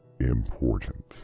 important